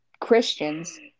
Christians